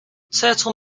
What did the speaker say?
turtle